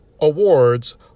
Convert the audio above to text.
awards